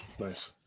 Nice